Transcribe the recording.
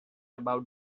about